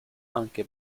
anche